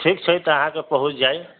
ठीक छै तऽ अहाँके पहुँच जायत